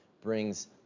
brings